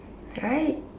right